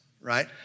right